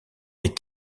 des